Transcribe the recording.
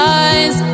eyes